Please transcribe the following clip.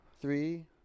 three